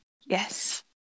Yes